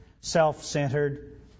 self-centered